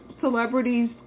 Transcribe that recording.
celebrities